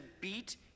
beat